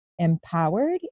Empowered